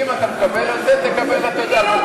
אם אתה מקבל על זה, תקבל, אתה יודע,